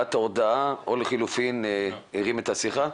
את ההודעה או לחלופין הרים את הטלפון?